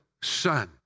son